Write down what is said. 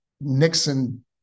Nixon